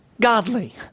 godly